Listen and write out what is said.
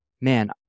man